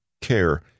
care